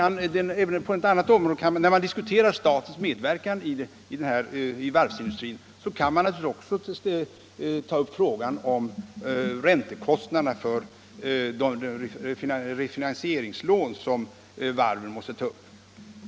När man diskuterar statens medverkan i varvsindustrin kan man naturligtvis också ta upp frågan om räntekostnaderna för de refinansieringslån som varven måste ta upp.